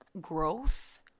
growth